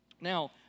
Now